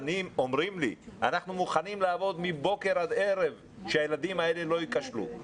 שאומרים לי שהם מוכנים לעבוד מבוקר עד ערב כדי שהילדים האלה לא ייכשלו,